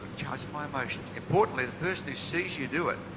charge of my emotions. importantly, the person who sees you do it,